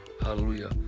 hallelujah